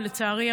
ולצערי,